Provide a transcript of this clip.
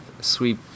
sweep